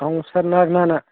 کوثر ناگ نہ نہ